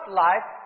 life